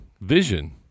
Vision